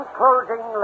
closing